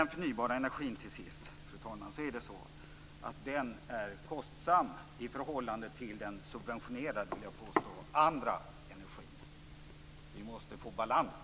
Den förnybara energin är kostsam i förhållande till den subventionerade andra energin. Vi måste få balans.